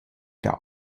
der